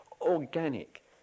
organic